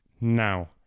now